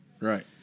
right